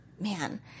man